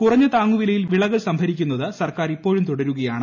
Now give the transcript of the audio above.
കുറഞ്ഞ താങ്ങുവിലയിൽ വിളകൾ സംഭരിക്കുന്നത് സർക്കാർ ഇപ്പോഴും തുടരുകയാണ്